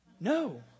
No